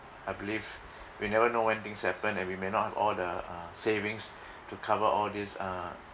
I believe we never know when things happen and we may not have all the uh savings to cover all these uh